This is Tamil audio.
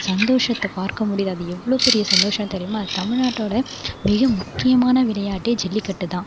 சந்தோஷத்தை பார்க்க முடியுது அது எவ்வளோ பெரிய சந்தோஷம் தெரியுமா தமிழ்நாட்டோடய மிக முக்கியமான விளையாட்டே ஜல்லிக்கட்டு தான்